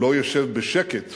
לא ישב בשקט